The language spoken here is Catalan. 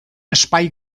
espai